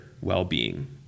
well-being